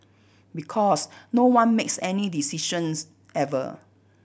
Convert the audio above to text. because no one makes any decisions ever